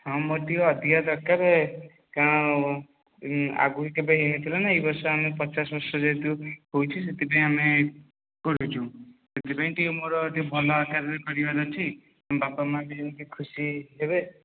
ହଁ ମୋର ଟିକିଏ ଅଧିକା ଦରକାର କାରଣ ଆଗରୁ କେବେ ହେଇନଥିଲା ନା ଏଇବର୍ଷ ଆମେ ପଚାଶବର୍ଷ ଯେହେତୁ ପୁରିଛି ସେଥିପାଇଁ ଆମେ କରୁଛୁ ସେଥିପାଇଁ ଟିକିଏ ମୋର ଟିକିଏ ଭଲଆକାରରେ କରିବାରଅଛି ବାପାମାଆ ବି ଯେମିତି ଖୁସି ହେବେ